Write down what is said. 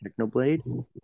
Technoblade